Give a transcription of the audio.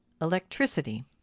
Electricity